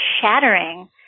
shattering